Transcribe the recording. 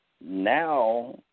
Now –